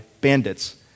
bandits